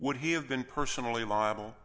would he have been personally liable